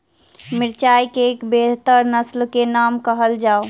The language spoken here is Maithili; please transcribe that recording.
मिर्चाई केँ बेहतर नस्ल केँ नाम कहल जाउ?